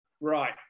Right